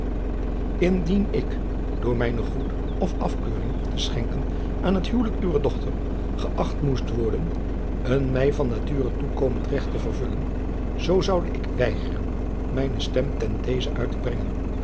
indien ik door mijne goed of afkeuring te schenken aan het huwelijk uwer dochter gëacht moest worden een mij van nature toekomend recht te vervullen zoo zoude ik weigeren mijne stem ten dezen uit te brengen